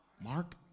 Mark